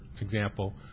example